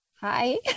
Hi